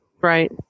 Right